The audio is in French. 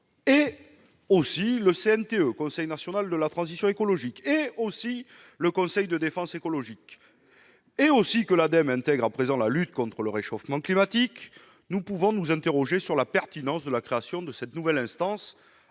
durable, le Conseil national de la transition écologique et le Conseil de défense écologique et que l'Ademe intègre à présent la lutte contre le réchauffement climatique, nous pouvons nous interroger sur la pertinence de la création d'une nouvelle instance.